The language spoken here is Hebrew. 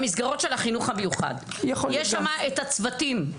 במסגרות של החינוך המיוחד יש שם את הצוותים,